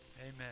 Amen